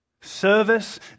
Service